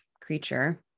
creature